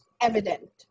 evident